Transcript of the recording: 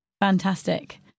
Fantastic